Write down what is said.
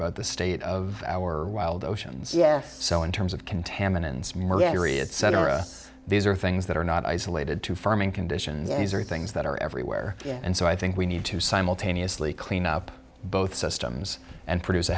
about the state of our wild oceans yes so in terms of contaminants mercury is cetera these are things that are not isolated to farming conditions these are things that are everywhere and so i think we need to simultaneously clean up both systems and produce a